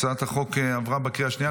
הצעת החוק עברה בקריאה השנייה,